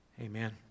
Amen